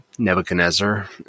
Nebuchadnezzar